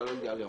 שאול יהלום,